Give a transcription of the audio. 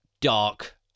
dark